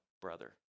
brother